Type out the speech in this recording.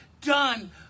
done